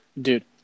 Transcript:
dude